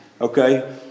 okay